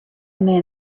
man